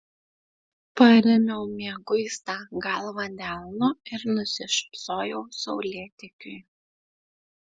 parėmiau mieguistą galvą delnu ir nusišypsojau saulėtekiui